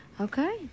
Okay